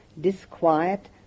disquiet